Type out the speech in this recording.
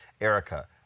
Erica